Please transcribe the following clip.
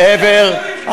אלה השקרים, לעבר,